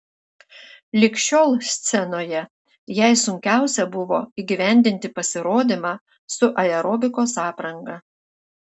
lig šiol scenoje jai sunkiausia buvo įgyvendinti pasirodymą su aerobikos apranga